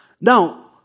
Now